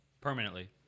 permanently